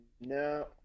no